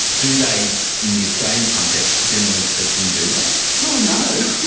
do they in the australian context generally speaking do that? well, no,